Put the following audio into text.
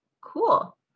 cool